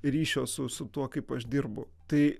ryšio susu tuo kaip aš dirbu tai